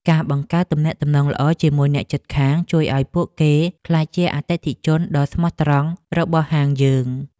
ការបង្កើតទំនាក់ទំនងល្អជាមួយអ្នកជិតខាងជួយឱ្យពួកគេក្លាយជាអតិថិជនដ៏ស្មោះត្រង់របស់ហាងយើង។